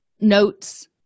notes